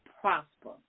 prosper